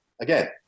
again